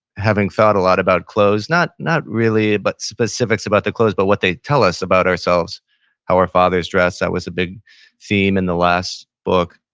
having thought a lot about clothes, not not really about but specifics about the clothes, but what they tell us about ourselves how our fathers dressed, that was a big theme in the last book,